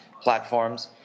platforms